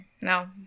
no